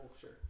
Sure